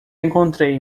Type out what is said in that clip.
encontrei